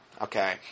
okay